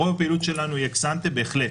רוב הפעילות שלנו היא אקס אנטה, בהחלט,